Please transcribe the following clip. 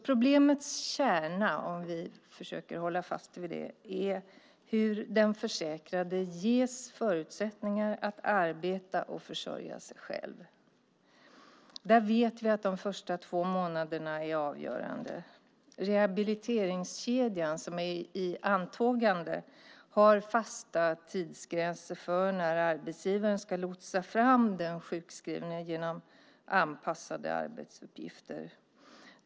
Problemets kärna, om vi försöker hålla fast vid den, är hur den försäkrade ges förutsättningar att arbeta och försörja sig själv. Vi vet att de första två månaderna är avgörande. Rehabiliteringskedjan som är i antågande har fasta tidsgränser för när arbetsgivaren ska lotsa fram den sjukskrivne genom anpassade arbetsuppgifter.